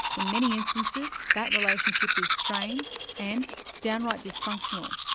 in many instances, that relationship is strained and downright dysfunctional.